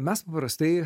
mes paprastai